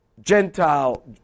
Gentile